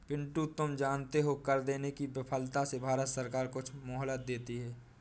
पिंटू तुम जानते हो कर देने की विफलता से भारत सरकार कुछ मोहलत देती है